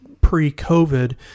pre-COVID